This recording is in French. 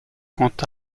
quant